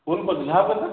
ଫୁଲ୍ ପଚିଶ ହାପ୍ କେତେ